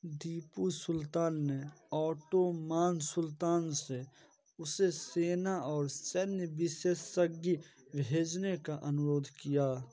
टीपू सुल्तान ने ऑटोमान सुल्तान से उसे सेना और सैन्य विशेषज्ञ भेजने का अनुरोध किया